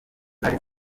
zaje